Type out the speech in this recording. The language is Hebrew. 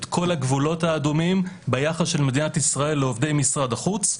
את כל הגבולות האדומים ביחס של מדינת ישראל לעובדי משרד החוץ.